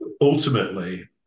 Ultimately